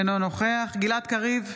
אינו נוכח גלעד קריב,